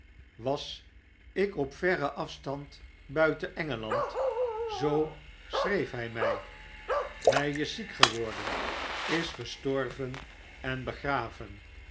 was ik op verren afstand buiten engeland zoo schreef hy my hij is ziek geworden is gestorven en begraven